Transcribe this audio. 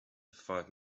five